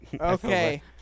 Okay